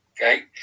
Okay